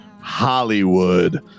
Hollywood